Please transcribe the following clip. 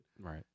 right